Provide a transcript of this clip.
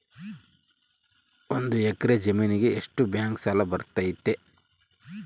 ಒಂದು ಎಕರೆ ಜಮೇನಿಗೆ ಎಷ್ಟು ಬ್ಯಾಂಕ್ ಸಾಲ ಬರ್ತೈತೆ?